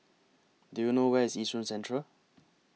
Do YOU know Where IS Yishun Central